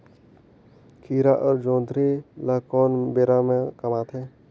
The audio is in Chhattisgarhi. खीरा अउ जोंदरी ल कोन बेरा म कमाथे?